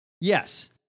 Yes